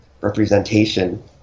representation